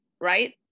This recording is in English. right